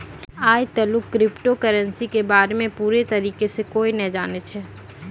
आय तलुक crypto currency के बारे मे पूरा तरीका से कोय नै जानै छै